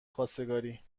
خواستگاری